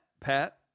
Pat